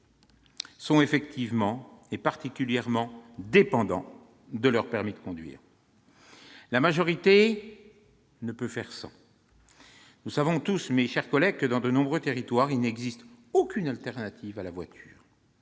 sont particulièrement dépendants de leur permis, et la majorité ne peut faire sans. Nous savons tous, mes chers collègues, que, dans de nombreux territoires, il n'existe aucune alternative à la voiture.